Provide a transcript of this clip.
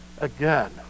Again